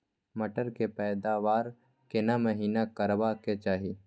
मटर के पैदावार केना महिना करबा के चाही?